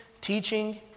teaching